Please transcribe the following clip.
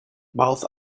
mouth